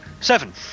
Seven